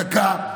דקה,